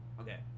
okay